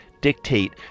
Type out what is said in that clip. dictate